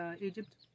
Egypt